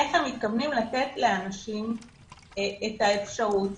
איך הם מתכוונים לתת לאנשים את האפשרות